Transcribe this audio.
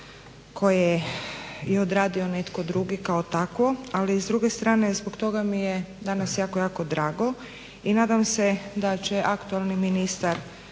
Hvala vama.